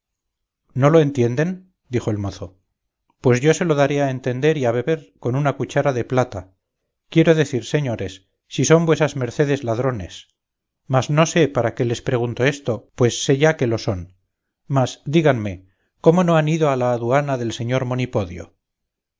no lo entienden dijo el mozo pues yo se lo daré a entender y a beber con una cuchara de plata quiero decir señores si son vuesas mercedes ladrones mas no sé para qué les pregunto esto pues sé ya que lo son mas díganme cómo no han ido a la aduana del señor